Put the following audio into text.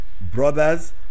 brothers